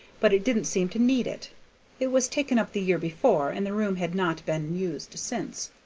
but it didn't seem to need it it was taken up the year before, and the room had not been used since,